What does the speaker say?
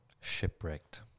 shipwrecked